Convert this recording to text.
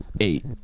eight